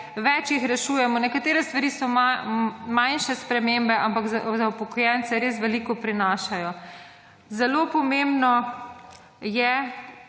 več jih rešujemo. Nekatere stvari so manjše spremembe, ampak za upokojence res veliko prinašajo. Zelo pomembno je,